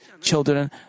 children